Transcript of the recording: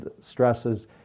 stresses